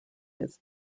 his